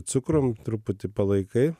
cukrum truputį palaikai